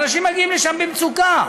שאנשים מגיעים לשם עם מצוקה,